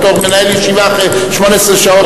בתור מנהל ישיבה, אחרי 18 שעות,